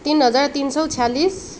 तिन हजार तिन सय छ्यालिस